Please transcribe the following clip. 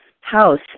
house